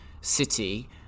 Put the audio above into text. city